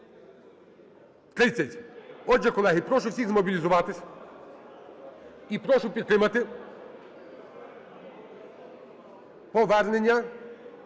30. Отже, колеги, прошу всіх змобілізуватись і прошу підтримати повернення